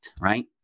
right